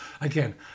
Again